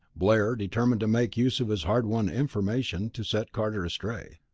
blair determined to make use of his hard-won information to set carter astray.